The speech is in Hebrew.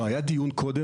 לא, היה דיון קודם.